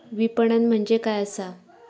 विपणन म्हणजे काय असा?